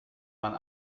man